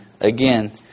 Again